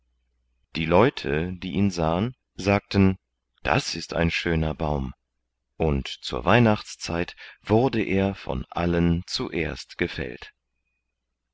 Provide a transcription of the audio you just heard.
die leute die ihn sahen sagten das ist ein schöner baum und zur weihnachtszeit wurde er von allen zuerst gefällt